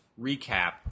recap